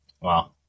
Wow